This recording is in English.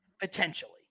Potentially